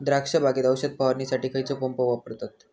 द्राक्ष बागेत औषध फवारणीसाठी खैयचो पंप वापरतत?